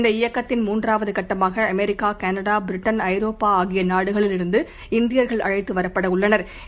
இந்த இயக்கத்தின் மூன்றாவதுகட்டமாகஅமெரிக்கா கனடா பிரிட்டன் ஐரோப்பாஆகியநாடுகளில் இருந்து இந்தியா்கள் அழைத்துவரப்படஉள்ளனா்